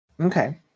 Okay